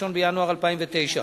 1 בינואר 2009,